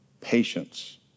patience